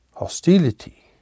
hostility